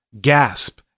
gasp